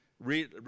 Read